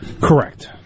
Correct